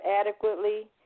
adequately